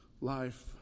life